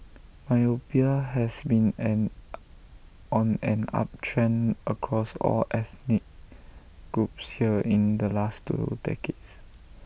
myopia has been an on an uptrend across all ethnic groups here in the last two decades